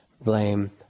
blame